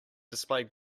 displayed